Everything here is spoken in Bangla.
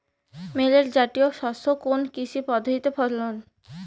মিলেট জাতীয় শস্য কোন কৃষি পদ্ধতির ফসল?